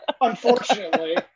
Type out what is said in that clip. Unfortunately